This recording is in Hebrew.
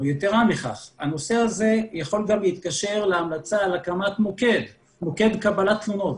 יתרה מכך הנושא הזה יכול גם להתקשר להמלצה על הקמת מוקד קבלת תלונות.